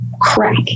crack